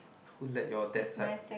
who let your dead side